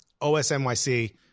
OSNYC